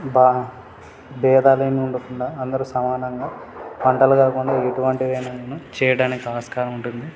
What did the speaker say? బా భేదాలేవి ఉండకుండా అందరూ సమానంగా వంటలు కాకుండా ఎటువంటివైనా కానీ చేయడానికి ఆస్కారం ఉంటుంది